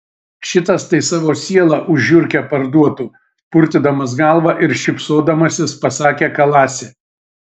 šitas tai savo sielą už žiurkę parduotų purtydamas galvą ir šypsodamasis pasakė kalasi